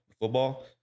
football